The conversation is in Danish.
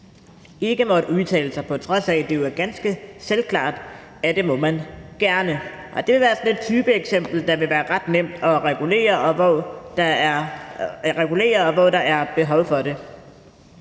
ikke måtte udtale sig – på trods af at det jo er ganske selvklart, at man gerne må det. Og det er i hvert fald en type af eksempel, der vil være ret nemt at regulere, og hvor der er behov for det.